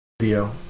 video